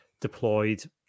deployed